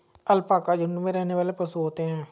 alpaca झुण्ड में रहने वाले पशु होते है